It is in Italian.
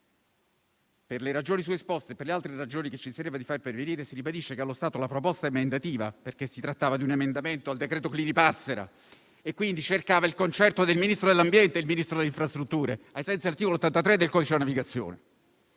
per le ragioni su esposte e per le altre ragioni che ci si riserva di far pervenire, si ribadisce che allo stato la proposta emendativa - perché si trattava di un emendamento al decreto Clini-Passera e quindi cercava il concerto del Ministro dell'ambiente e del Ministro delle infrastrutture ai sensi dell'articolo 83 del codice della navigazione